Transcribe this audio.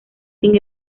sin